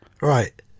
Right